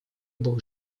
был